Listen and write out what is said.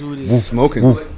Smoking